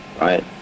right